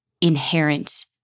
inherent